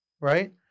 right